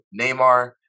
Neymar